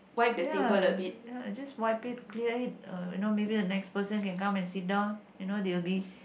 ya ya just wipe it clear it uh you know maybe the next person can come and sit down you know they'll be